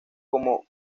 como